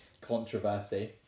Controversy